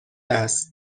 است